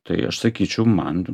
tai aš sakyčiau man